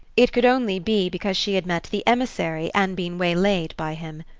it could only be because she had met the emissary and been waylaid by him.